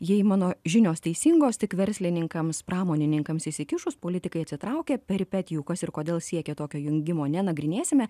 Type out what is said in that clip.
jei mano žinios teisingos tik verslininkams pramonininkams įsikišus politikai atsitraukė peripetijų kas ir kodėl siekė tokio jungimo nenagrinėsime